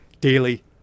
daily